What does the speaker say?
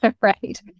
Right